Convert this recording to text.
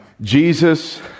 Jesus